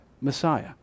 Messiah